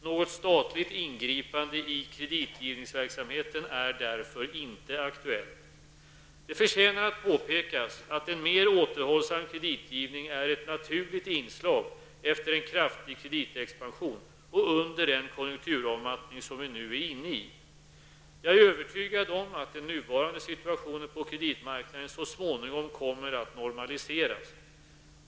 Något statligt ingripande i kreditgivningsverksamheten är därför inte aktuellt. Det förtjänar att påpekas att en mer återhållsam kreditgivning är ett naturligt inslag efter en kraftig kreditexpansion och under den konjunkturavmattning som vi nu är inne i. Jag är övertygad om att den nuvarande situationen på kreditmarknaden så småningom kommer att normaliseras.